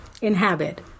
inhabit